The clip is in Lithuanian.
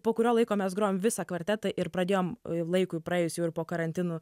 po kurio laiko mes grojom visą kvartetą ir pradėjom laikui praėjus jau ir po karantino